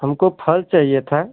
हमको फल चहिए था